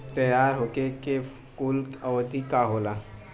तैयार होखे के कूल अवधि का होला?